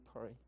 pray